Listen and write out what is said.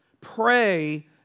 pray